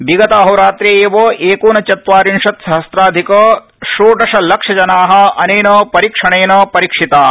विगत अहोरात्रे एव एकोनचत्वारिंशत् सहस्राधिक षोडशलक्षजना अनेन परीक्षणेन परीक्षिता